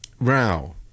row